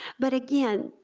but again,